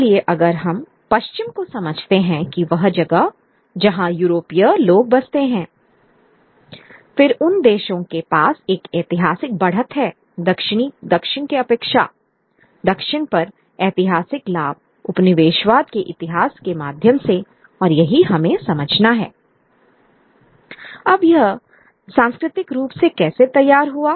इसलिए अगर हम पश्चिम को समझते हैं वह जगह जहां यूरोपीय लोग बसे हैं फिर उन देशों के पास एक ऐतिहासिक बढ़त है दक्षिण की अपेक्षा दक्षिण पर ऐतिहासिक लाभ उपनिवेशवाद के इतिहास के माध्यम से और यही हमें समझना हैI अब यह सांस्कृतिक रूप से कैसे तैयार हुआ